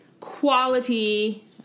Quality